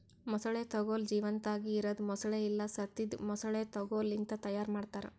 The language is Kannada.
ಮೊಸಳೆ ತೊಗೋಲ್ ಜೀವಂತಾಗಿ ಇರದ್ ಮೊಸಳೆ ಇಲ್ಲಾ ಸತ್ತಿದ್ ಮೊಸಳೆ ತೊಗೋಲ್ ಲಿಂತ್ ತೈಯಾರ್ ಮಾಡ್ತಾರ